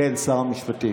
כן, שר המשפטים.